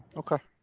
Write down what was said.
okay.